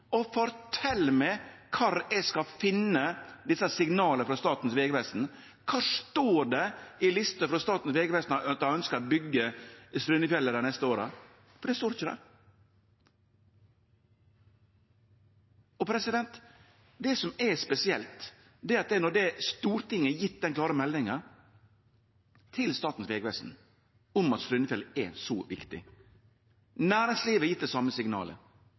kvar eg kan finne desse signala frå Statens vegvesen. Kvar står det i lista frå Statens vegvesen om at dei ønskjer å byggje Strynefjellet dei neste åra? Det står ikkje det. Det som er spesielt, er at Stortinget har gjeve den klare meldinga til Statens vegvesen om at Strynefjellet er så viktig. Næringslivet har gjeve dei same